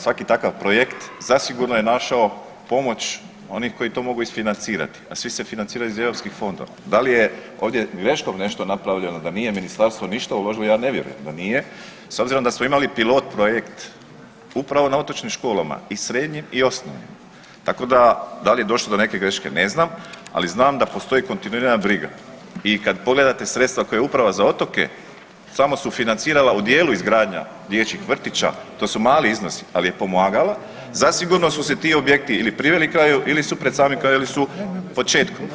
Svaki takav projekt zasigurno je našao pomoć onih koji to mogu isfinancirati a svi se financiraju iz europskih fondova, da li je ovdje greškom nešto napravljeno, da nije ministarstvo ništa uložilo, ja ne vjerujem da nije, s obzirom da smo imali pilot projekt upravo na otočnim školama, i srednjim i osnovnim, tako da da li je došlo do neke greške, ne znam, ali znam da postoji kontinuirana briga i kad pogledate sredstva koja je uprava za otoke samo su financirala u djelu izgradnja dječjih vrtića, to su mali iznosi ali je pomagala, zasigurno su se ti objekti ili priveli kraju ili su pred samim krajem ili su početkom.